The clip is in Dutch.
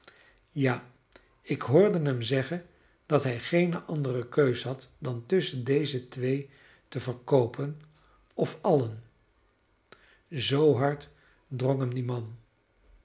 ja ik hoorde hem zeggen dat hij geene andere keus had dan tusschen deze twee te verkoopen of allen zoo hard drong hem die man